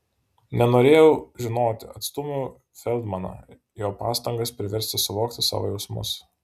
nenorėjau žinoti atstūmiau feldmaną jo pastangas priversti suvokti savo jausmus